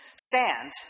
stand